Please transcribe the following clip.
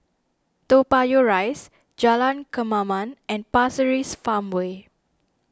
Toa Payoh Rise Jalan Kemaman and Pasir Ris Farmway